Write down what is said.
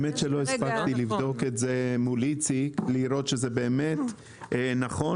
לא הספקתי לבדוק את זה מול איציק ולראות שזה באמת נכון.